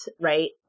right